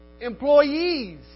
Employees